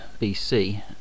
BC